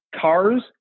cars